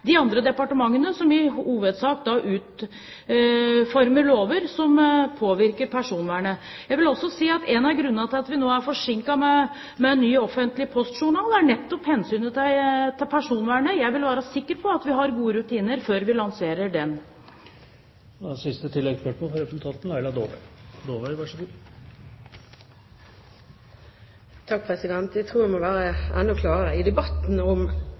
de andre departementene, som i hovedsak utformer lover som påvirker personvernet. Jeg vil også si at én av grunnene til at vi nå er forsinket med en ny offentlig postjournal, nettopp er hensynet til personvernet. Jeg vil være sikker på at vi har gode rutiner før vi lanserer den. Laila Dåvøy – til oppfølgingsspørsmål. Jeg tror jeg må være enda klarere. I debatten om